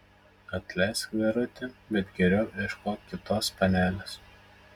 atleisk vyruti bet geriau ieškok kitos panelės